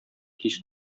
тиз